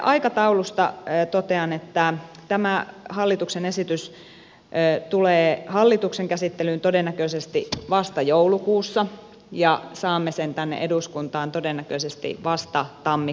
aikataulusta totean että tämä hallituksen esitys tulee hallituksen käsittelyyn todennäköisesti vasta joulukuussa ja saamme sen tänne eduskuntaan todennäköisesti vasta tammikuussa